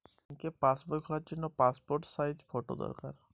ব্যাঙ্কে পাসবই খোলার জন্য ছবির মাপ কী?